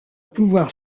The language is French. pouvoir